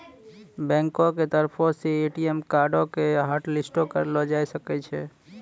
बैंको के तरफो से ए.टी.एम कार्डो के हाटलिस्टो करलो जाय सकै छै